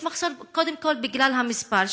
יש מחסור, קודם כול, בגלל המספר.